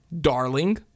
Darling